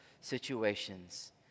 situations